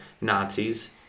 nazis